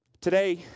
Today